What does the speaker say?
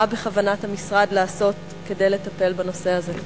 מה בכוונת המשרד לעשות כדי לטפל בנושא הזה?